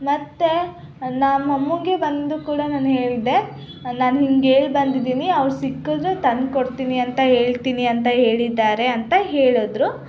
ಮತ್ತು ನಮ್ಮ ಅಮ್ಮಂಗೆ ಬಂದು ಕೂಡ ನಾನು ಹೇಳಿದೆ ನಾನು ಹಿಂಗೆ ಹೇಳ್ ಬಂದಿದ್ದೀನಿ ಅವ್ರು ಸಿಕ್ಕಿದ್ರೆ ತಂದು ಕೊಡ್ತೀನಿ ಅಂತ ಹೇಳ್ತೀನಿ ಅಂತ ಹೇಳಿದ್ದಾರೆ ಅಂತ ಹೇಳಿದ್ರು